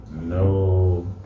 No